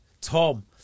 Tom